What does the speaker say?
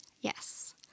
Yes